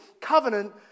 covenant